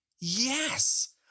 yes